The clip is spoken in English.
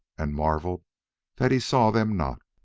and marveled that he saw them not.